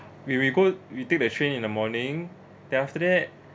we we go we take the train in the morning then after that